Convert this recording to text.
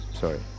sorry